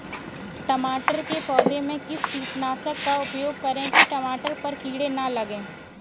टमाटर के पौधे में किस कीटनाशक का उपयोग करें कि टमाटर पर कीड़े न लगें?